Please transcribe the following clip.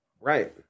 Right